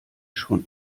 schon